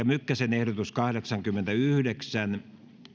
mykkäsen ehdotus kahdeksankymmentäyhdeksän